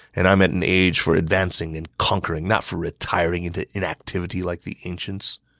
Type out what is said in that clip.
and i'm at an age for advancing and conquering, not for retiring into inactivity like the ancients.